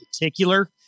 particular